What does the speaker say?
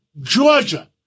georgia